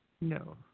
No